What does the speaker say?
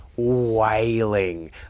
wailing